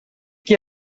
chi